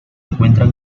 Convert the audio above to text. encuentran